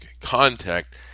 contact